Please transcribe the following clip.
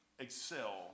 excel